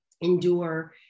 endure